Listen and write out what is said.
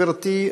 גברתי.